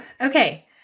Okay